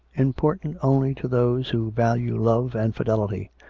important only to those who value love and fidelity.